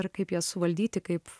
ir kaip jas suvaldyti kaip